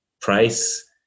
price